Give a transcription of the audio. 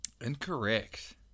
Incorrect